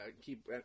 keep